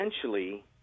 essentially